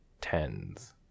tens